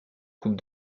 coupe